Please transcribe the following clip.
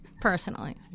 personally